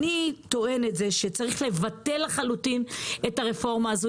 צריך לבטל לחלוטין את הרפורמה הזאת.